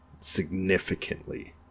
significantly